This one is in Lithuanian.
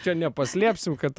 čia nepaslėpsim kad